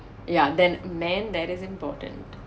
ya then man that is important